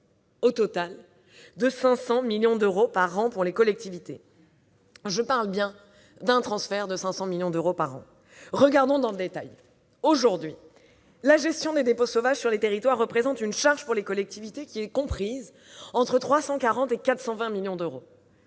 un gain de 500 millions d'euros par an pour les collectivités. Je parle bien d'un transfert de 500 millions d'euros par an. Entrons dans le détail. Aujourd'hui, la gestion des dépôts sauvages sur les territoires représente pour les collectivités une charge comprise entre 340 et 420 millions d'euros.